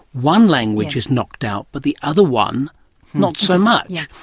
one language is knocked out but the other one not so much,